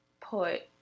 Put